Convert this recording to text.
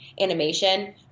animation